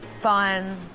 fun